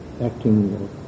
acting